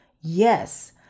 Yes